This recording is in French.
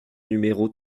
numéro